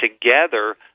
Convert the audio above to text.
together